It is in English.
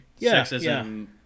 sexism